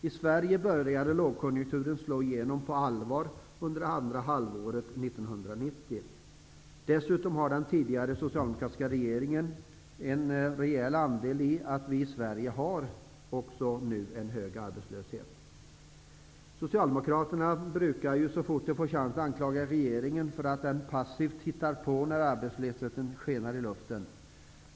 I Sverige började lågkonjunkturen att slå igenom på allvar under det andra halvåret 1990. Dessutom har den tidigare socialdemokratiska regeringen en rejäl andel i att vi i Sverige nu har en så hög arbetslöshet. Socialdemokraterna brukar så fort de får chansen anklaga regeringen för att den passivt tittar på när arbetslösheten skenar i väg.